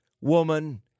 woman